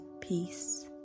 peace